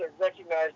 recognize